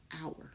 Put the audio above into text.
hour